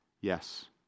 Yes